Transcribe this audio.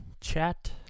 chat